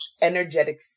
energetic